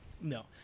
No